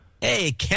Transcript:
Hey